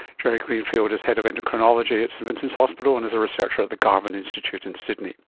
jerry greenfield is head of endocrinology at st vincent's hospital and is a researcher at the garvan institute in sydney